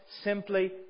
simply